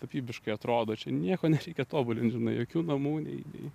tapybiškai atrodo čia nieko nereikia tobulint žinai jokių namų nei nei